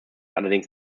allerdings